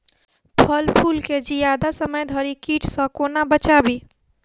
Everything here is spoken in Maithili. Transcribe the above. फल फुल केँ जियादा समय धरि कीट सऽ कोना बचाबी?